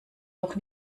noch